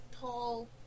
tall